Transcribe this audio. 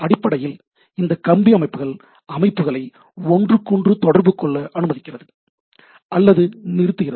அடிப்படையில் இந்த கம்பி இணைப்புகள் அமைப்புகளை ஒன்றுக்கொன்று தொடர்பு கொள்ள அனுமதிக்கிறது அல்லது நிறுத்துகிறது